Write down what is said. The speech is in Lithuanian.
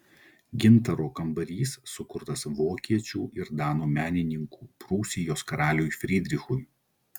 gintaro kambarys sukurtas vokiečių ir danų menininkų prūsijos karaliui frydrichui